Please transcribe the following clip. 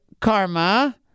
Karma